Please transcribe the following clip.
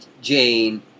Jane